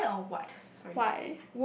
why or what sorry